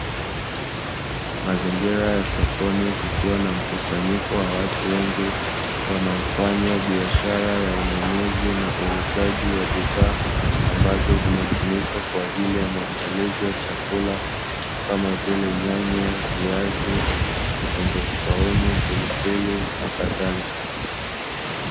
Mazingira ya sokoni kukiwa na mkusanyiko wa watu wengi wanaofanya biashara ya ununuzi na uuzaji wa bidhaa ambazo zinatumika kwa ajili ya maandalizi ya chakula kama vile nyanya, viazi, vitunguu saumu, pilipili nakadhalika.